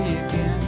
again